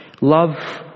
Love